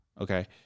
Okay